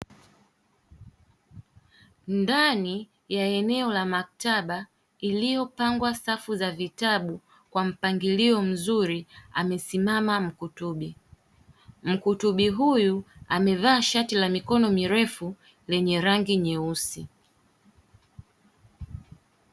Ndani ya eneo la maktaba iliyopangwa safu za vitabu kwa mpangilio mzuri, amesimama mkutubi. Mkutubi huyu amevaa shati la mikono mirefu lenye rangi nyeusi.